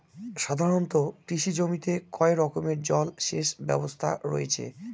সাধারণত কৃষি জমিতে কয় রকমের জল সেচ ব্যবস্থা রয়েছে?